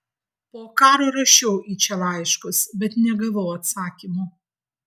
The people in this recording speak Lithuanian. po karo rašiau į čia laiškus bet negavau atsakymų